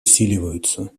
усиливаются